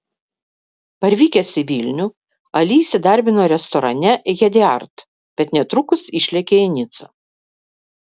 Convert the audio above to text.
parvykęs į vilnių ali įsidarbino restorane hediard bet netrukus išlėkė į nicą